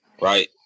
right